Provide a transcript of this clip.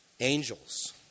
Angels